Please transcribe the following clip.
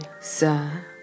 sir